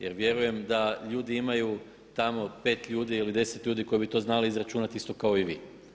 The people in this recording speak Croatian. Jer vjerujem da ljudi imaju tamo 5 ljudi ili 10 ljudi koji bi to znali izračunati isto kao i vi.